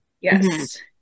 yes